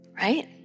right